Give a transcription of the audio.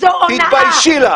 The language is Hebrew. אל תפריעי לי.